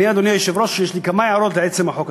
אדוני היושב-ראש, יש לי כמה הערות לעצם החוק.